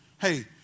hey